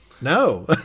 no